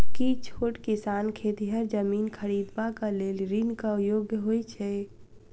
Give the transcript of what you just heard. की छोट किसान खेतिहर जमीन खरिदबाक लेल ऋणक योग्य होइ छै?